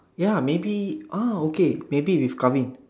ya maybe ah okay maybe with Karvin